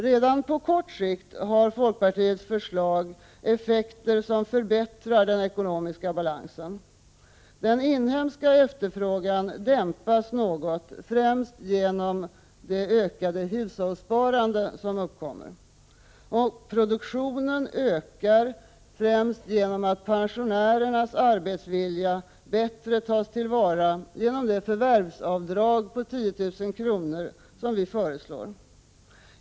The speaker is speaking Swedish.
Redan på kort sikt har folkpartiets förslag effekter som förbättrar den ekonomiska balansen. Den inhemska efterfrågan dämpas något främst genom ökat hushållssparande. Och produktionen ökar främst genom att pensionärernas arbetsvilja bättre tas till vara genom det förvärvsavdrag på 10 000 kr. som vi föreslår.